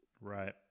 right